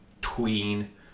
tween